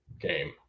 game